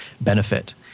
benefit